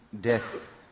death